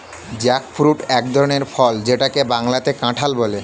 jackfruit এক ধরনের ফল যেটাকে বাংলাতে কাঁঠাল বলে